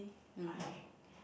I